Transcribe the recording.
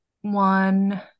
one